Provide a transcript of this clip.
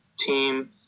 team